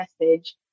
message